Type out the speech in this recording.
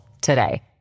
today